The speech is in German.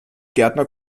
gärtner